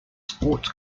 sports